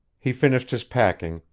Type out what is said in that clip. he finished his packing,